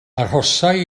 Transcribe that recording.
arhosai